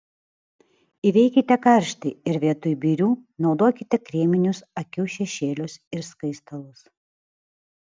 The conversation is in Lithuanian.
įveikite karštį ir vietoj birių naudokite kreminius akių šešėlius ir skaistalus